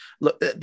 Look